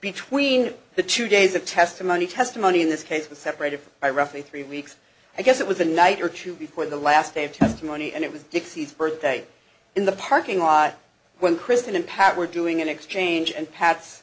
between the two days of testimony testimony in this case was separated by roughly three weeks i guess it was a night or two before the last day of testimony and it was dixie's birthday in the parking lot when kristen and pat were doing an exchange and pat